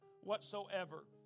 whatsoever